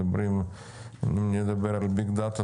מדברים על מחשבי על,